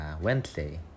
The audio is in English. Wednesday